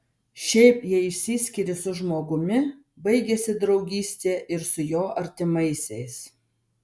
šiaip jei išsiskiri su žmogumi baigiasi draugystė ir su jo artimaisiais